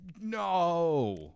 no